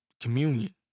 communion